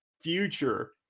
future